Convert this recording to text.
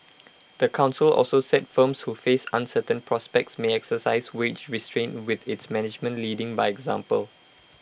the Council also said firms who face uncertain prospects may exercise wage restraint with its management leading by example